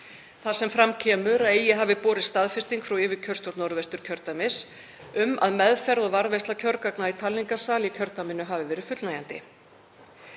þar kemur fram að ekki hafi borist staðfesting frá yfirkjörstjórn Norðvesturkjördæmis á að meðferð og varðveisla kjörgagna á talningarstað í kjördæminu hafi verið fullnægjandi,